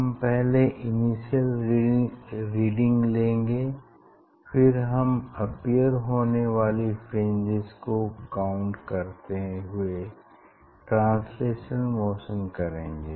हम पहले initial reading लेंगे फिर हम अपीयर होने वाली फ्रिंजेस को काउंट करते हुए ट्रांसलेशनल मोशन करेंगे